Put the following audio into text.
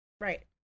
Right